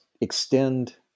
extend